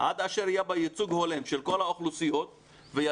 עד אשר יהיה בה ייצוג הולם של כל האוכלוסיות ויתחילו